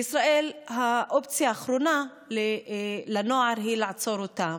בישראל האופציה האחרונה לנוער היא לעצור אותם,